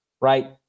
right